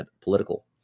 political